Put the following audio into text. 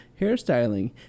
hairstyling